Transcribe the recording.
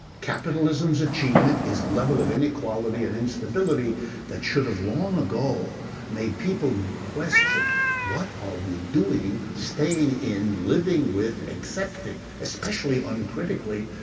capitalism's achievement is a level of inequality and instability that should have long ago made people question what are we doing staying in, living with, accepting, especially uncritically,